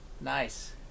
Nice